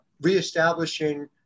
reestablishing